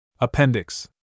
Appendix